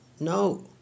No